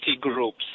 groups